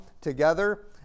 together